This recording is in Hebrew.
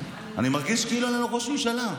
אני מרגיש כאילו אין לנו ראש ממשלה.